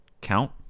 count